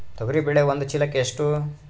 ತೊಗರಿ ಬೇಳೆ ಒಂದು ಚೀಲಕ ಎಷ್ಟು?